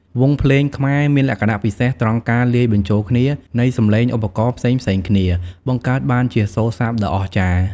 វង់ភ្លេងខ្មែរមានលក្ខណៈពិសេសត្រង់ការលាយបញ្ចូលគ្នានៃសំឡេងឧបករណ៍ផ្សេងៗគ្នា បង្កើតបានជាសូរស័ព្ទដ៏អស្ចារ្យ។